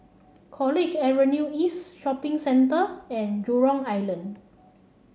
College Avenue East Shopping Centre and Jurong Island